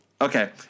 Okay